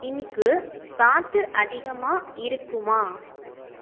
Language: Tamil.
இன்னிக்கு காற்று அதிகமாக இருக்குமா